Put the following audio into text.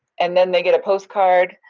and then they get a post card,